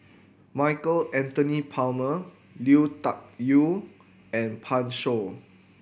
Michael Anthony Palmer Lui Tuck Yew and Pan Shou